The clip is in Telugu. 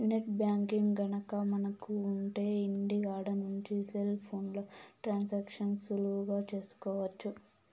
నెట్ బ్యాంకింగ్ గనక మనకు ఉంటె ఇంటికాడ నుంచి సెల్ ఫోన్లో ట్రాన్సాక్షన్స్ సులువుగా చేసుకోవచ్చు